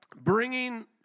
bringing